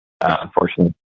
unfortunately